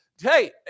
hey